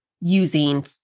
using